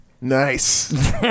nice